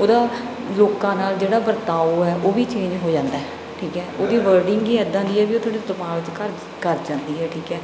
ਉਹਦਾ ਲੋਕਾਂ ਨਾਲ ਜਿਹੜਾ ਵਰਤਾਓ ਹੈ ਉਹ ਵੀ ਚੇਂਜ ਹੋ ਜਾਂਦਾ ਠੀਕ ਹੈ ਉਹਦੀ ਵਰਡਿੰਗ ਹੀ ਇਦਾਂ ਦੀ ਹੈ ਵੀ ਉਹ ਤੁਹਾਡੇ ਦਿਮਾਗ 'ਚ ਘਰ ਕਰ ਜਾਂਦੀ ਹੈ ਠੀਕ ਹੈ